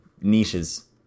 niches